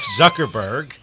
Zuckerberg